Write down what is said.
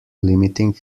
limiting